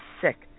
sick